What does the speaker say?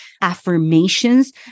affirmations